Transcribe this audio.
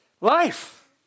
Life